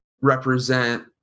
represent